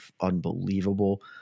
unbelievable